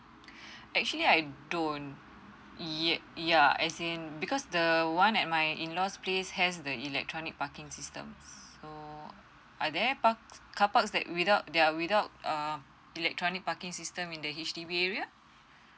actually I don't yup yeah as in because the one at my in laws place has the electronic parking system so are there parks carparks that without there are without um electronic parking system in the H_D_B area